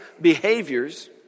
behaviors